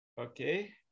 Okay